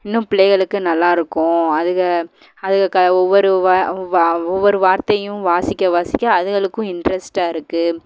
இன்னும் பிள்ளைகளுக்கு நல்லா இருக்கும் அதுங்க அதுங்க க ஒவ்வொரு வ வ ஒவ்வொரு வார்த்தையும் வாசிக்க வாசிக்க அதுங்களுக்கும் இன்ட்ரெஸ்ட்டாக இருக்குது